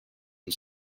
and